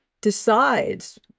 decides